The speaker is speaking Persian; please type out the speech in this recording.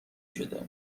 شده